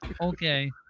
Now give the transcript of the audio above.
okay